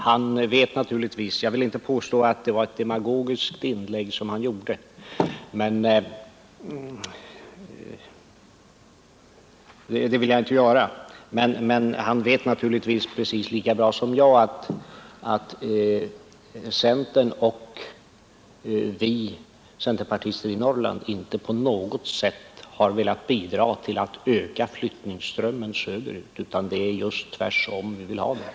Jag vill inte direkt påstå att det var ett demagogiskt inlägg som han gjorde, men han vet naturligtvis precis lika bra som jag att centern och vi centerpartister i Norrland inte på något sätt har velat bidra till att öka flyttningsströmmen söderut, utan att det är just tvärtom vi vill ha det.